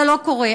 זה לא קורה.